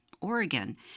Oregon